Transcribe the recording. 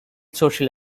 social